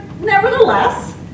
nevertheless